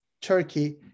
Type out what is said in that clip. Turkey